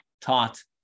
taught